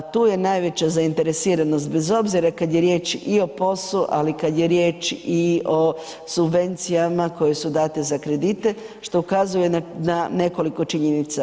Tu je najveća zainteresiranost bez obzira kad je riječ i o POS-u ali i kad je riječ i o subvencijama koje su date za kredite što ukazuje na nekoliko činjenica.